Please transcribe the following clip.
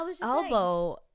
elbow